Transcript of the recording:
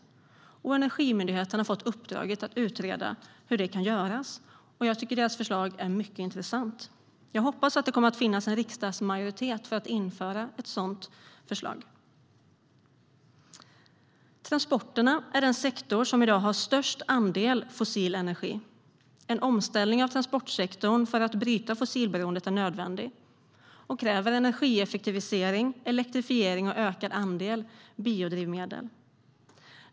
Energimyndigheten har fått uppdraget att utreda hur det kan göras. Jag tycker att deras förslag är mycket intressant. Jag hoppas det kommer att finnas en riksdagsmajoritet för att införa ett sådant förslag. Transporterna är den sektor som i dag har störst andel fossil energi. En omställning av transportsektorn för att bryta fossilberoendet är nödvändig och kräver energieffektivisering, elektrifiering och ökad andel biodrivmedel.